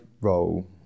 role